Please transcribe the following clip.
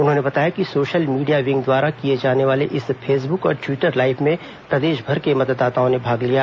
उन्होंने बताया कि सोशल मीडिया विंग द्वारा किए जाने वाले इस फेसबुक और ट्वीटर लाइव में प्रदेशभर के मतदाताओं ने भाग लिया